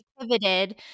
pivoted